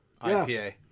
IPA